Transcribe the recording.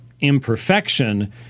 imperfection